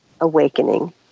awakening